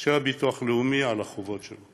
של ביטוח לאומי את החובות שלו.